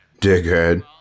dickhead